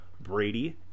Brady